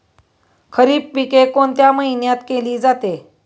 खरीप पिके कोणत्या महिन्यात केली जाते?